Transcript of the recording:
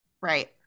Right